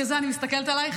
בגלל זה אני מסתכלת עלייך,